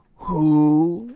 who,